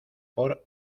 por